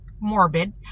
morbid